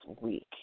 week